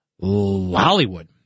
Hollywood